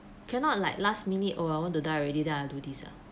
cannot like last minute oh I want to die already then I'll do this ah